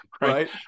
Right